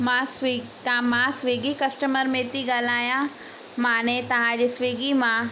मां स्विग ता मां स्विगी कस्टमर में थी गाल्हायां मां ने तव्हांजे स्विगी मां